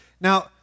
Now